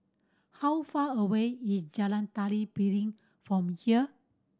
how far away is Jalan Tari Piring from here